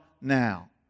now